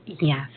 Yes